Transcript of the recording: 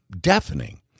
deafening